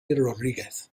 rodríguez